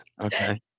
Okay